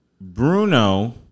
Bruno